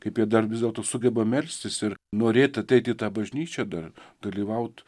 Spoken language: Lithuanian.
kaip jie dar vis dėlto sugeba melstis ir norėt ateit į tą bažnyčią dar dalyvaut